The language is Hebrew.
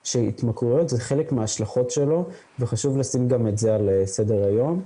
שהתמכרויות זה חלק מההשלכות שלו וחשוב לשים גם את זה על סדר היום.